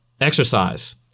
exercise